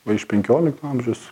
va iš penkiolikto amžiaus